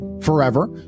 forever